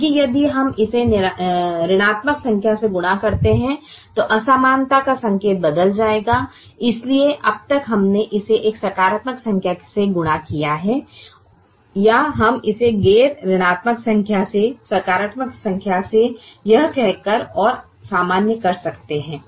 क्योंकि यदि हम इसे एक ऋणात्मक संख्या से गुणा करते हैं तो असमानता का संकेत बदल जाएगा इसलिए अब तक हमने इसे एक सकारात्मक संख्या के साथ गुणा किया है या हम इसे गैर ऋणात्मक संख्या से सकारात्मक संख्या से यह कह कर और सामान्य सकते हैं